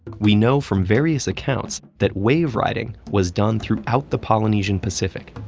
we know from various accounts that wave riding was done throughout the polynesian pacific,